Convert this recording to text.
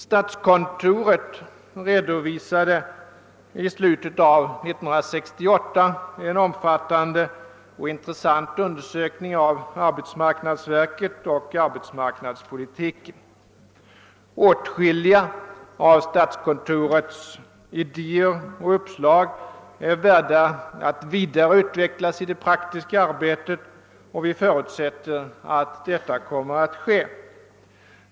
Statskontoret redovisade i slutet av 1968 en omfattande och intressant undersöknng av = arbetsmarknadsverket och arbetsmarknadspolitiken. Åtskilliga av statskontorets idéer och uppslag är värda att vidare utvecklas i det praktiska arbetet, och vi förutsätter att detta kommer att ske.